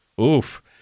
Oof